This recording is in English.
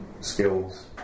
skills